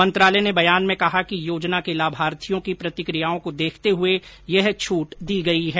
मंत्रालय ने बयान में कहा कि योजना के लाभार्थियों की प्रतिक्रियाओं को देखते हुए यह छूट दी गई है